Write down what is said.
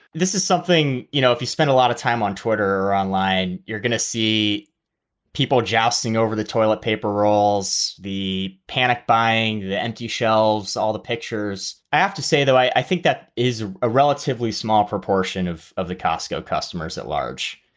this is something, you know, if you spend a lot of time on twitter online, online, you're going to see people jousting over the toilet paper rolls. the panic buying, empty shelves, all the pictures. i have to say, though, i think that is a relatively small proportion of of the costco customers at large.